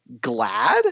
glad